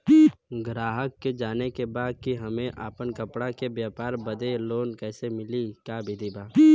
गराहक के जाने के बा कि हमे अपना कपड़ा के व्यापार बदे लोन कैसे मिली का विधि बा?